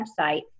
website